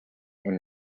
and